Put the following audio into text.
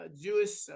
jewish